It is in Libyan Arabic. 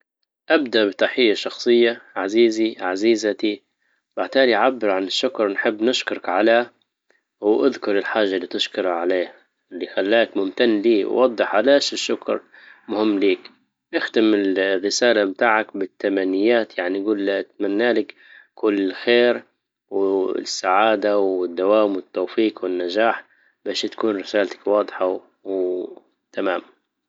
ابدأ بتحية شخصية عزيزي/ عزيزتي بعتالى عبر عن الشكر ونحب نشكرك على واذكر الحاجة اللي تشكره عليه اللي خلاك ممتن ليه، ووضح علاش الشكر مهم ليك اختم الرسالة بتاعك بالتمنيات يعني قل ليه اتمنى لك الخير والسعادة والدوام والتوفيق والنجاح باش تكون رسالتك واضحة و تمام